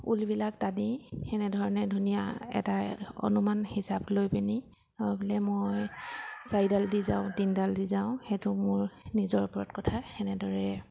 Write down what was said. ঊলবিলাক টানি দি তেনেধৰণে ধুনীয়া এটা অনুমান হিচাপ লৈ পিনি অঁ মই চাৰিডাল দি যাওঁ তিনিডাল দি যাওঁ সেইটো মোৰ নিজৰ ওপৰত কথা তেনেদৰে